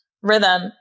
rhythm